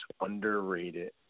underrated